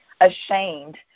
ashamed